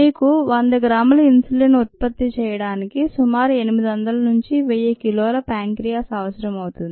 మీకు 100 గ్రాముల ఇన్సులిన్ ని ఉత్పత్తి చేయడానికి సుమారు 800 నుంచి 1000 కిలోల ప్యాంక్రీయాస్అవసరం అవుతుంది